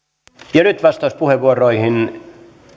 ja nyt vastauspuheenvuoroihin